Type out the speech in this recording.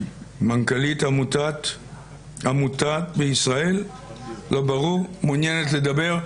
מנכ"לית עמותת פרטיות ישראל מעוניינת לדבר,